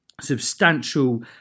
substantial